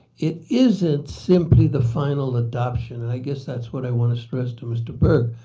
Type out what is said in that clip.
it isn't simply the final adoption. and i guess that's what i want to stress to mr. burke.